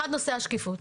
אחד נושא השקיפות.